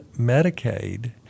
Medicaid